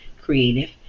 creative